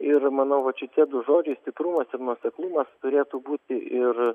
ir manau va čia tie du žodžiai stiprumas ir nuoseklumas turėtų būti ir